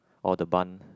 or the bund